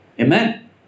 Amen